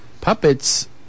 puppets